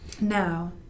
Now